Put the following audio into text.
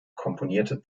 komponierte